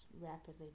rapidly